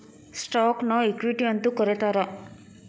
ಸ್ಟಾಕ್ನ ಇಕ್ವಿಟಿ ಅಂತೂ ಕರೇತಾರ